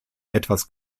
etwas